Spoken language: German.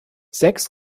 sechs